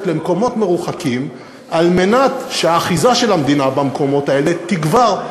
למקומות מרוחקים כדי שהאחיזה של המדינה במקומות האלה תגבר.